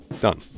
Done